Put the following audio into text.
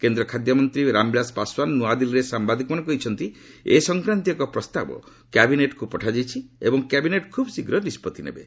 କେନ୍ଦ୍ର ଖାଦ୍ୟମନ୍ତ୍ରୀ ରାମବିଳାଶ ପାଶୱାନ୍ ନ୍ରଆଦିଲ୍ଲୀରେ ସାମ୍ଭାଦିକମାନଙ୍କୁ କହିଛନ୍ତି ଏ ସଂକ୍ରାନ୍ତୀୟ ଏକ ପ୍ରସ୍ତାବ କ୍ୟାବିନେଟ୍କୁ ପଠାଯାଇଛି ଏବଂ କ୍ୟାବିନେଟ୍ ଖୁବ୍ ଶୀଘ୍ର ନିଷ୍ପଭି ନେବେ